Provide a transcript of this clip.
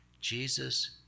Jesus